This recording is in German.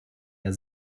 der